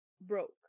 broke